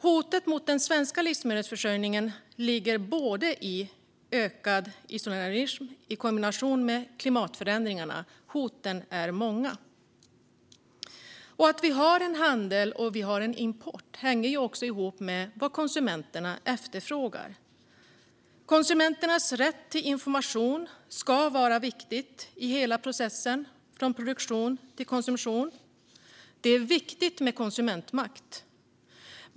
Hotet mot den svenska livsmedelsförsörjningen ligger både i ökad isolationism och i kombination med klimatförändringarna. Hoten är många. Att vi har en handel och en import hänger också ihop med vad konsumenterna efterfrågar. Konsumenternas rätt till information ska vara viktig i hela processen, från produktion till konsumtion. Det är viktigt med konsumentmakt.